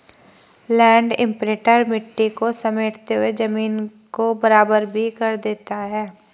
land imprinter मिट्टी को समेटते हुए जमीन को बराबर भी कर देता है